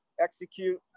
execute